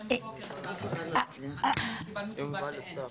הבוקר קיבלנו תשובה שאין.